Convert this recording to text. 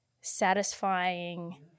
satisfying